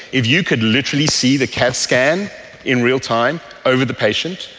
if you could literally see the cat scan in real time over the patient,